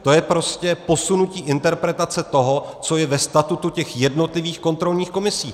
To je prostě posunutí interpretace toho, co je ve statutu těch jednotlivých kontrolních komisí.